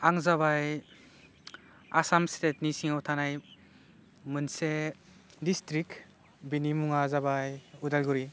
आं जाबाय आसाम स्टेटनि सिङाव थानाय मोनसे डिस्ट्रिक बिनि मुङा जाबा अदालगुरि